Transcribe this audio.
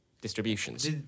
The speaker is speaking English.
distributions